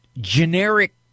generic